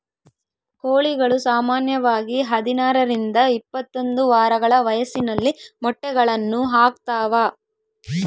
ಕೋಳಿಗಳು ಸಾಮಾನ್ಯವಾಗಿ ಹದಿನಾರರಿಂದ ಇಪ್ಪತ್ತೊಂದು ವಾರಗಳ ವಯಸ್ಸಿನಲ್ಲಿ ಮೊಟ್ಟೆಗಳನ್ನು ಹಾಕ್ತಾವ